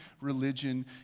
religion